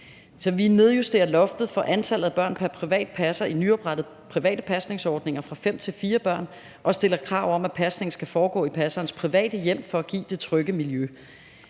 Så vi nedjusterer loftet for antallet af børn pr. privat passer i nyoprettede private pasningsordninger fra fem til fire børn og stiller krav om, at pasningen skal foregå i passerens private hjem for at give det trygge miljø.